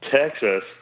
Texas